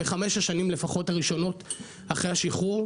לפחות בחמש השנים הראשונות אחרי השחרור.